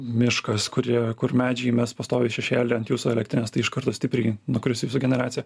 miškas kurie kur medžiai mes pastoviai šešėlį ant jūsų elektrinės tai iš karto stipriai nukris jūsų generacija